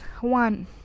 One